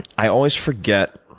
i always forget,